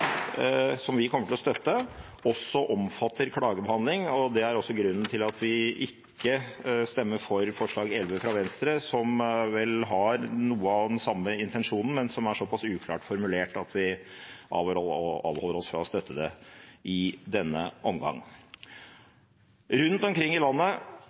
som vi kommer til å stemme for, også omfatter klagebehandling, og det er også grunnen til at vi ikke stemmer for forslag nr. 11, fra Venstre, som vel har noe av den samme intensjonen, men som er såpass uklart formulert at vi avholder oss fra å støtte det i denne omgang. Rundt omkring i landet